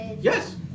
Yes